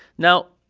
now,